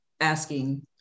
asking